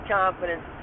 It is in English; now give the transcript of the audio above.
confidence